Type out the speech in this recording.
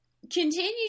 continue